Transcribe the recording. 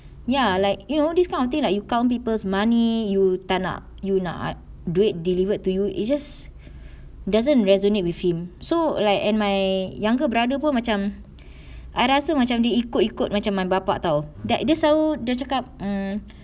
ya like you know this kind of thing like you count people's money you tak nak you nak duit delivered to you it just doesn't resonate with him so like and my younger brother pun macam I rasa macam dia ikut-ikut macam my bapa [tau] like dia selalu dia cakap mm